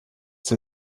der